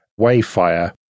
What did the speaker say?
Wavefire